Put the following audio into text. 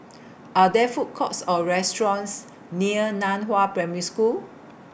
Are There Food Courts Or restaurants near NAN Hua Primary School